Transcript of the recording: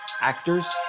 actors